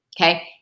Okay